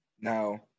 Now